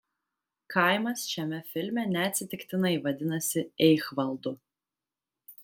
kaimas šiame filme neatsitiktinai vadinasi eichvaldu